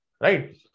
right